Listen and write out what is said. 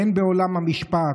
בעולם המשפט,